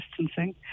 distancing